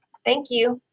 thank you!